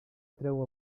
treu